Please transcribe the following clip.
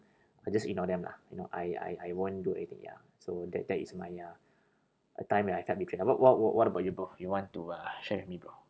I just ignore them lah you know I I I won't do anything ya so that that is my uh a time that I felt betrayed how about what what about you bro you want to uh share with me bro